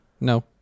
No